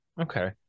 Okay